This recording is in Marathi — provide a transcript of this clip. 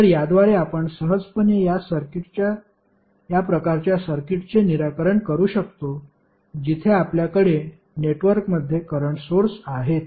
तर याद्वारे आपण सहजपणे या प्रकारच्या सर्किट्सचे निराकरण करू शकतो जिथे आपल्याकडे नेटवर्कमध्ये करंट सोर्स आहेत